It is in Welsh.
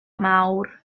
nawr